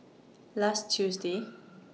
last Tuesday